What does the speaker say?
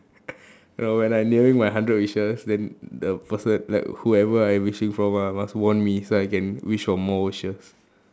no when I nearing my hundred wishes then the person like whoever I wishing from ah must warn me so I can wish for more wishes